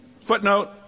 footnote